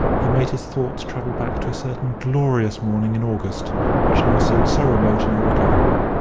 he made his thoughts travel back to a certain glorious morning in august which now seemed so remote and irrecoverable.